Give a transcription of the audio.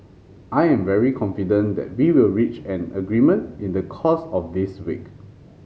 I am very confident that we will reach an agreement in the course of this week